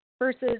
versus